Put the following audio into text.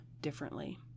differently